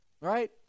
right